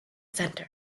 center